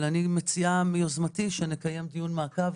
אבל אני מציעה מיוזמתי שנקיים דיון מעקב